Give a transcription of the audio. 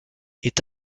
est